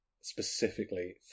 specifically